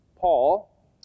Paul